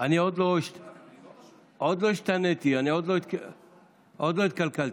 אני עוד לא השתניתי, עוד לא התקלקלתי.